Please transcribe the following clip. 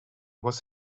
was